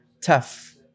tough